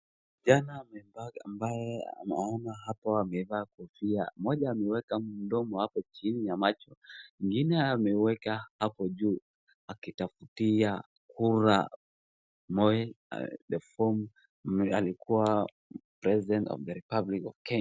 Kijana ambaye unaona hapo amevaa kofia, moja ameweka mdomo hapo chini ya macho, ingine ameweka hapo juu akitafutia kura Moi aliyekuwa president of the republic of Kenya .